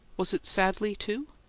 was it sadly, too?